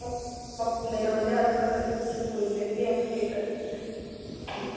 ते अज्जकल बच्चे सुनदे निं हैन केह् करचै